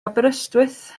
aberystwyth